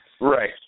Right